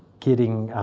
getting